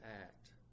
act